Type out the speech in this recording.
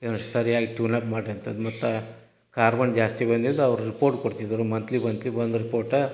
ಇದನ್ನು ಸರಿಯಾಗಿ ಟ್ಯೂನ್ಅಪ್ ಮಾಡಿರಿ ಅಂತ ಅದು ಮತ್ತು ಕಾರ್ಬನ್ ಜಾಸ್ತಿ ಬಂದಿದ್ದು ಅವ್ರು ರಿಪೋರ್ಟ್ ಕೊಡ್ತಿದ್ದರು ಮಂತ್ಲಿ ಮಂತ್ಲಿ ಒಂದು ರಿಪೋರ್ಟ